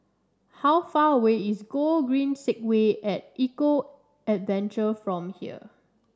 how far away is Gogreen Segway at Eco Adventure from here